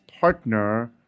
partner